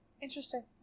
Interesting